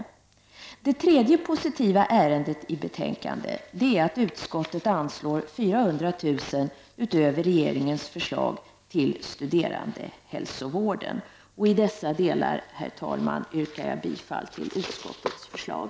Ytterligare en positiv sak i betänkandet är att utskottet vill anslå 400 000 kr. utöver regeringens förslag till studerandehälsovården. I dessa delar, herr talman, yrkar jag bifall till utskottets förslag.